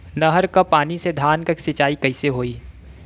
नहर क पानी से धान क सिंचाई कईसे होई?